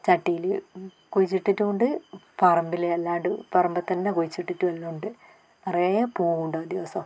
ചട്ടിയിൽ കുഴിച്ചിട്ടിട്ടുമുണ്ട് പറമ്പിൽ എല്ലായിടവും പറമ്പ് തന്നെ കുഴിച്ചിട്ടിട്ടു എല്ലാമുണ്ട് നിറയെ പൂവുണ്ടാവും ദിവസവും